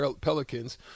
Pelicans